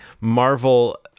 Marvel